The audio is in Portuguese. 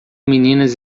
meninas